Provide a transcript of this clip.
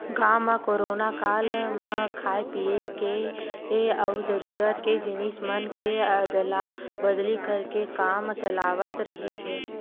गाँव म कोरोना काल म खाय पिए के अउ जरूरत के जिनिस मन के अदला बदली करके काम चलावत रिहिस हे